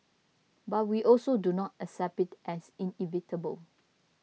but we also do not accept it as inevitable